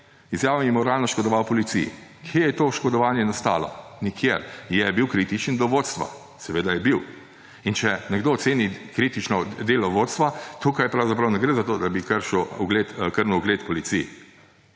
izjavami moralno škodoval policiji. Kje je to oškodovanje nastalo? Nikjer. Je bil kritičen do vodstva? Seveda je bil. In če nekdo oceni kritično delo vodstva, tukaj pravzaprav ne gre za to, da bi krnil ugled policiji.